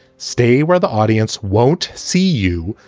stay where the audience won't see you.